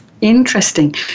Interesting